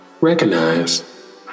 recognize